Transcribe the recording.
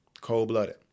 Cold-blooded